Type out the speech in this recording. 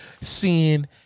Seeing